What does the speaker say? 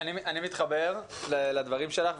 אני מתחבר לדברים שלך.